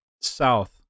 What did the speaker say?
south